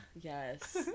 Yes